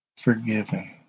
forgiven